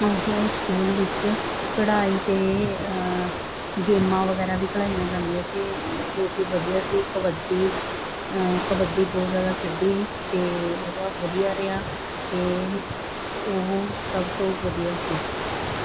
ਹੋਰ ਸਕੂਲ ਵਿੱਚ ਕਢਾਈ ਅਤੇ ਗੇਮਾਂ ਵਗੈਰਾ ਵੀ ਖੇਲਾਈਆਂ ਜਾਂਦੀਆਂ ਸੀ ਜੋ ਕਿ ਵਧੀਆ ਸੀ ਕਬੱਡੀ ਕਬੱਡੀ ਬਹੁਤ ਜ਼ਿਆਦਾ ਖੇਡੀ ਅਤੇ ਉਹਦਾ ਵਧੀਆ ਰਿਹਾ ਅਤੇ ਉਹ ਸਭ ਤੋਂ ਵਧੀਆ ਸੀ